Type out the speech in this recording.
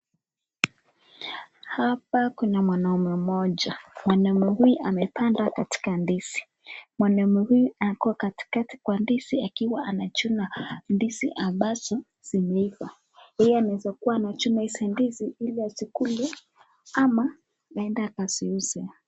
Hapa kuna mwanaume mmoja mwanaume huyu amepanda katika ndizi mwanaume huyu ako katikati kwa ndizi akiwa anachuna ndizi ambazo zimeivaa yeye anaezakuwa anachuna hizi ndizi ili azikule ama aende akaziuze.